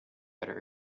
better